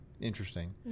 Interesting